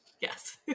Yes